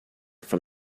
from